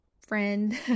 friend